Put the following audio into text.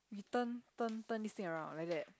turn turn turn this thing around like that